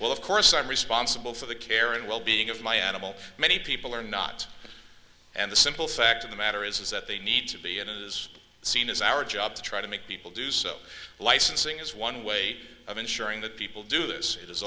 well of course i'm responsible for the care and well being of my animal many people are not and the simple fact of the matter is is that they need to be and it is seen as our job to try to make people do so licensing is one way of ensuring that people do this i